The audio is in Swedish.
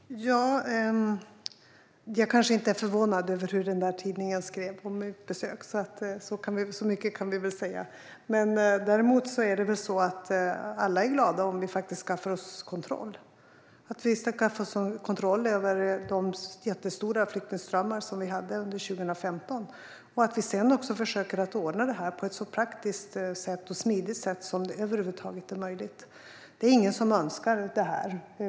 Herr talman! Jag kanske inte är förvånad över hur den tidningen skrev om mitt besök - så mycket kan vi väl säga. Men däremot är det väl så att alla är glada om vi faktiskt skaffar oss kontroll. Det handlar om att vi skaffar oss kontroll över de jättestora flyktingströmmar som vi hade under 2015 och om att vi sedan försöker ordna detta på ett så praktiskt och smidigt sätt som det över huvud taget är möjligt. Det är ingen som önskar det här.